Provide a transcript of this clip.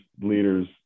leaders